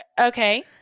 Okay